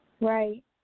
Right